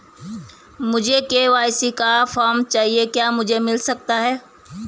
मुझे के.वाई.सी का फॉर्म चाहिए क्या मुझे मिल सकता है?